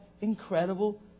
incredible